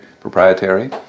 proprietary